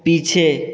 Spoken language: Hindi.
पीछे